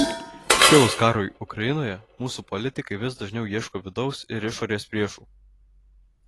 kilus karui ukrainoje mūsų politikai vis dažniau ieško vidaus ir išorės priešų